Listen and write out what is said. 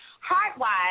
heart-wise